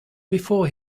before